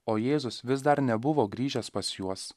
o jėzus vis dar nebuvo grįžęs pas juos